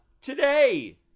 today